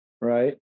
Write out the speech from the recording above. Right